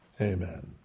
Amen